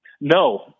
No